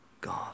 God